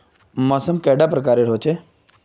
मौसम कैडा प्रकारेर होचे?